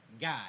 God